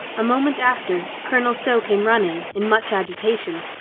a moment after colonel stow came running, in much agitation.